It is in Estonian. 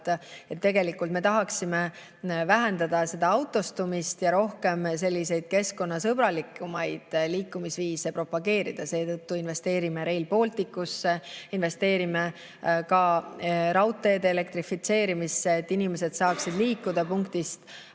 Tegelikult me tahaksime vähendada autostumist ja rohkem selliseid keskkonnasõbralikumaid liikumisviise propageerida. Seetõttu investeerime Rail Balticusse, investeerime ka raudteede elektrifitseerimisse, et inimesed saaksid liikuda punktist